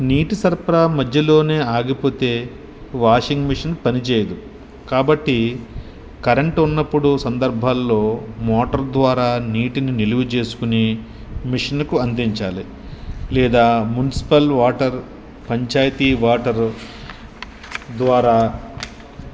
నీటి సరఫరా మధ్యలో ఆగిపోతే వాషింగ్ మిషిన్ పనిచేయదు కాబట్టి కరెంటు ఉన్నప్పుడు సందర్భాలలో మోటర్ ద్వారా నీటిని నిలువ చేేసుకుని మిషనకు అందించాలి లేదా మున్సిపల్ వాటర్ పంచాయతీ వాటరు ద్వారా